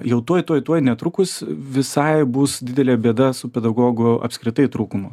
jau tuoj tuoj tuoj netrukus visai bus didelė bėda su pedagogų apskritai trūkumu